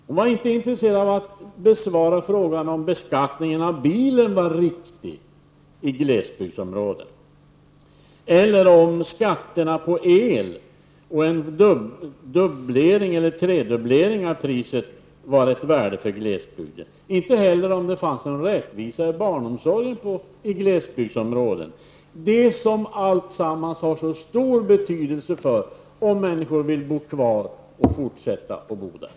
Hon var inte intresserad av att besvara frågan om beskattningen av bilen var riktig i glesbygdsområden eller om skatterna på el och en tredubblering av priset var av värde för glesbygden. Inte heller svarade hon på om det fanns någon rättvisa i barnomsorgen i glesbygdsområden. Allt detta har stor betydelse för om människor vill fortsätta att bo kvar.